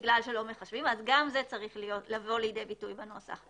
אז גם זה צריך לבוא לידי ביטוי בנוסח.